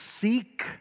seek